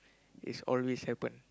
it's always happen